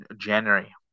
January